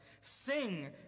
Sing